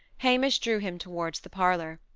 hamish drew him towards the parlour.